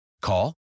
Call